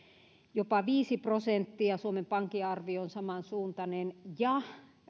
jopa viisi prosenttia suomen pankin arvio on samansuuntainen ja